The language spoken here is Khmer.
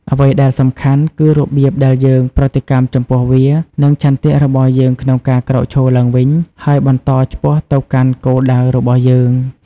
អ្វីដែលសំខាន់គឺរបៀបដែលយើងប្រតិកម្មចំពោះវា និងឆន្ទៈរបស់យើងក្នុងការក្រោកឈរឡើងវិញ ហើយបន្តឆ្ពោះទៅកាន់គោលដៅរបស់យើង។